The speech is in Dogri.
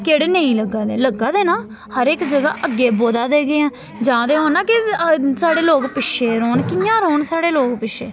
केह्ड़े नेईं लग्गा दे लग्गा दे ना हर इक जगह अग्गें बधा दे गै ऐ जां ते होऐ ना के साढ़े लोक पिच्छे रौह्न कि'यां रौह्न साढ़े लोक पिच्छे